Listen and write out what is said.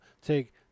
take